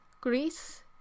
Greece